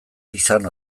izan